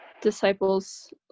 disciples